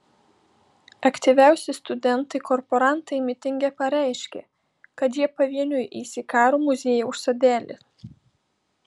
aktyviausi studentai korporantai mitinge pareiškė kad jie pavieniui eis į karo muziejaus sodelį